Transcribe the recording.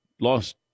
lost